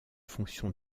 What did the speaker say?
fonction